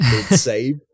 save